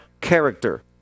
character